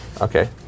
Okay